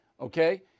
okay